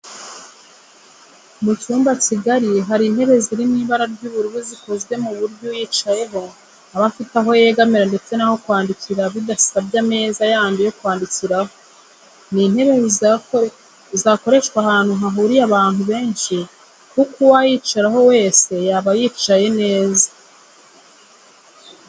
Mu cyumba kigari hari intebe ziri mu ibara ry'ubururu zikozwe ku buryo uyicayeho aba afite aho yegamira ndetse n'aho kwandikira bidasabye ameza yandi yo kwandikiraho. Ni intebe zakoreshwa ahantu hahuriye abantu benshi kuko uwayicaraho wese yaba yicaye neza